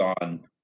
on